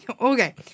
Okay